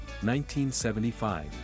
1975